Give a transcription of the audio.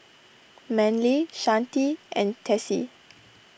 Manley Shante and Tessie